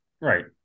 right